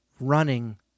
running